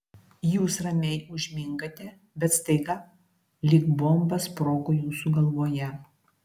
jūs ramiai užmingate bet staiga lyg bomba sprogo jūsų galvoje